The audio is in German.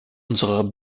unserer